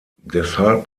deshalb